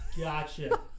Gotcha